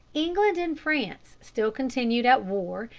england and france still continued at war,